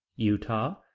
utah,